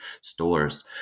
stores